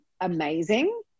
amazing